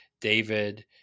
david